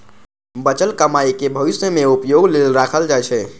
बचल कमाइ कें भविष्य मे उपयोग लेल राखल जाइ छै